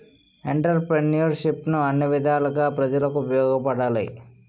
ఎంటర్ప్రిన్యూర్షిప్ను అన్ని విధాలుగా ప్రజలకు ఉపయోగపడాలి